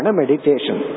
meditation